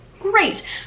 great